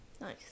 Nice